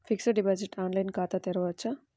Fixed deposit online ఖాతా తెరువవచ్చా?